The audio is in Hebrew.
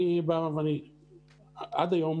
עד היום